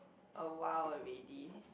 awhile already